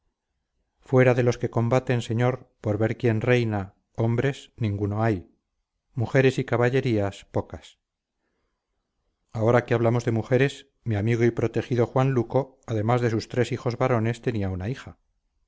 fuera de los que combaten señor por ver quién reina hombres ninguno hay mujeres y caballerías pocas ahora que hablamos de mujeres mi amigo y protegido juan luco además de sus tres hijos varones tenía una hija